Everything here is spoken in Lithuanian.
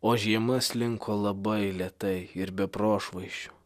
o žiema slinko labai lėtai ir be prošvaisčių